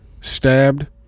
stabbed